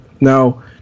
Now